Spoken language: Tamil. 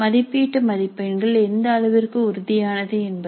மதிப்பீட்டு மதிப்பெண்கள் எந்த அளவிற்கு உறுதியானது என்பது